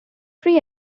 free